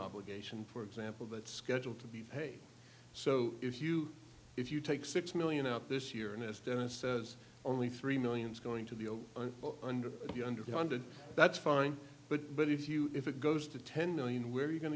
obligation for example that's scheduled to be paid so if you if you take six million out this year and as dana says only three million is going to the old and under the under two hundred that's fine but but if you if it goes to ten million where are you going